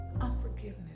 unforgiveness